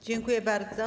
Dziękuję bardzo.